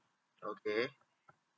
okay